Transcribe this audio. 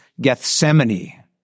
Gethsemane